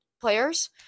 players